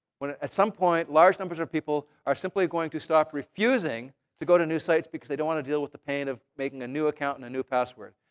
at some point, large numbers of people are simply going to start refusing to go to new sites because they don't want to deal with the pain of making a new account and a new password.